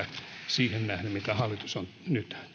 siihen nähden mitä hallitus on nyt